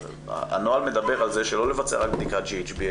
הנוהל מדבר על זה שלא לבצע רק בדיקת GHB,